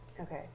Okay